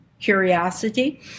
curiosity